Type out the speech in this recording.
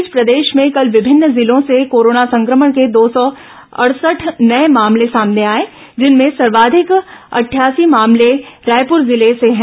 इस बीच प्रदेश में कल विभिन्न जिलों से कोरोना संक्रमण के दो सौ सड़सठ नये मामले सामने आए जिनमें सर्वाधिक अठासी मामले रायपूर जिले से रहे